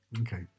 Okay